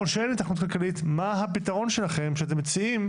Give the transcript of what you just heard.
שאין היתכנות כלכלית מה הפתרון שאתם מציעים